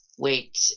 Wait